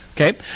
Okay